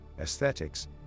aesthetics